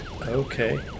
Okay